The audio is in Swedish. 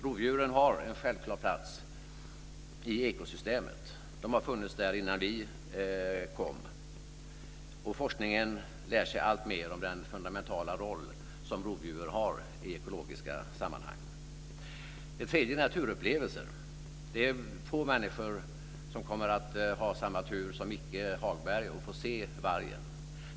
Rovdjuren har en självklar plats i ekosystemet. De har funnits där innan vi kom. Forskningen lär sig alltmer om den fundamentala roll som rovdjuren har i ekologiska sammanhang. Det tredje är naturupplevelsen. Det är få människor som kommer att ha samma tur som Michael Hagberg och få se vargen.